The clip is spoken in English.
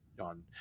on